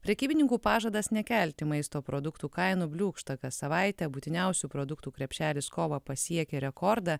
prekybininkų pažadas nekelti maisto produktų kainų bliūkšta kas savaitę būtiniausių produktų krepšelis kovą pasiekė rekordą